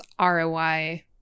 ROI